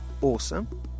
awesome